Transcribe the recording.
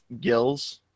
gills